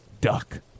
Duck